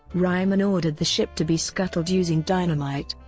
reymann ordered the ship to be scuttled using dynamite,